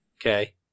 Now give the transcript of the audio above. Okay